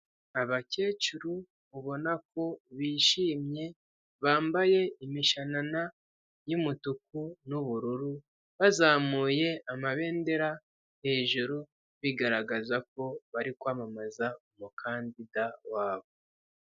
Abakecuru ubona ko bishimye bambaye imishanana y'umutuku nubururu bazamuye amabendera hejuru bigaragaza ko bari kwamamaza umukandida wabo.